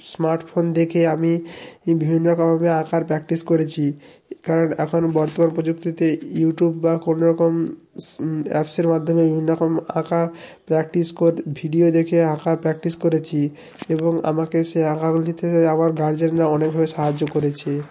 smartphone দেখে আমি বিভিন্ন রকমভাবে আঁকার প্র্যাকটিস করেছি কারণ এখন বর্তমান প্রযুক্তিতে ইউটিউব বা কোনো রকম অ্যাপ্সের মাধ্যমে বিভিন্ন রকম আঁকা প্র্যাকটিস কোত ভিডিও দেখে আঁকা প্র্যাকটিস করেছি এবং আমাকে সে আঁকাগুলিতে আমার গার্জেনরা অনেকভাবে সাহায্য করেছে